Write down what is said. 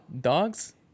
dogs